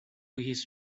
his